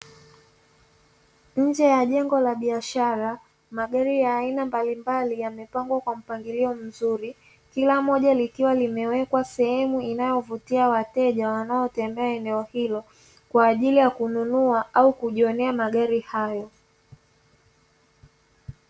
Nje ya jengo la biashara magari ya aina mbalimbali yamepangwa kwa mpangilio mzuri, kila moja likiwa limewekwa sehemu inayovutia wateja wanaotembea eneo hilo, kwa ajili ya kununua au kujionea magari hayo.